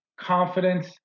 confidence